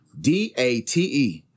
D-A-T-E